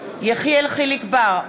יחיאל חיליק בר,